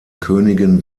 königin